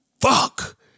fuck